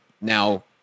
now